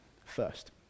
First